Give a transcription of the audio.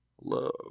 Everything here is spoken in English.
love